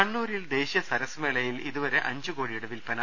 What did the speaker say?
കണ്ണൂരിൽ ദേശീയ സരസ് മേളയിൽ ഇതുവരെ അഞ്ചു കോടിയുടെ വിൽപന